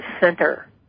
center